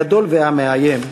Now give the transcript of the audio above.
הגדול והמאיים,